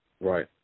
Right